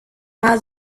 más